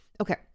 Okay